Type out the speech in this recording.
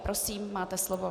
Prosím, máte slovo.